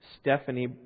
Stephanie